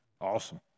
Awesome